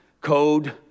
code